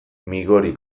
migori